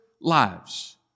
lives